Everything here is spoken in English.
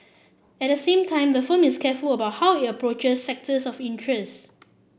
at the same time the firm is careful about how it approaches sectors of interest